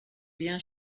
bien